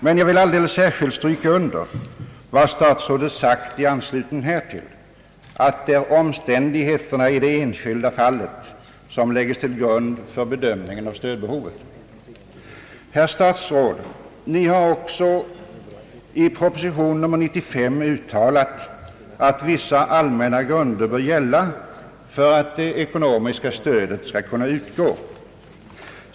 Men jag vill alldeles särskilt stryka under vad statsrådet sagt i anslutning härtill, nämligen att det är omständigheterna i det enskilda fallet som läggs till grund för bedömning av stödbehovet. Herr statsråd, ni har också i proposition nr 95 uttalat att vissa allmänna grunder bör gälla för att det ekonomiska stödet skall kunna utgå.